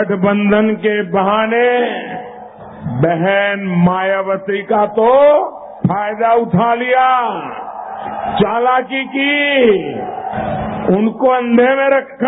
गठबंधन के बहाने बहन मायावती का तो फायदा उता लिया चालाकी की उनको अंधेरे में रखा